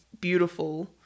beautiful